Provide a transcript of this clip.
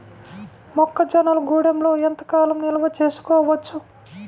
మొక్క జొన్నలు గూడంలో ఎంత కాలం నిల్వ చేసుకోవచ్చు?